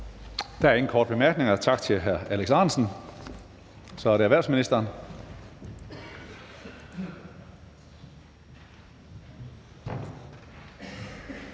Der er ingen korte bemærkninger. Tak til hr. Alex Ahrendtsen. Så er det erhvervsministeren.